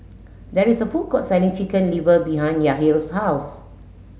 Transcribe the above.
there is a food court selling chicken liver behind Yahir's house